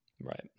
Right